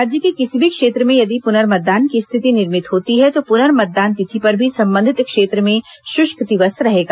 राज्य के किसी भी क्षेत्र में यदि पुनर्मतदान की स्थिति निर्मित होती है तो पुनर्मतदान तिथि पर भी संबंधित क्षेत्र में शुष्क दिवस रहेगा